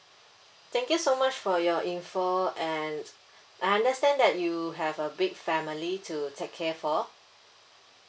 thank you so much for your information and I understand that you have a big family to take care for